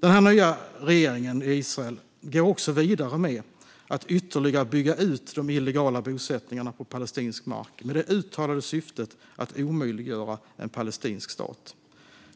Den nya regeringen i Israel går också vidare med att ytterligare bygga ut de illegala bosättningarna på palestinsk mark, med det uttalade syftet att omöjliggöra en palestinsk stat.